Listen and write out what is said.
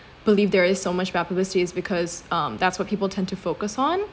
believe there is so much bad publicity is because um that's what people tend to focus on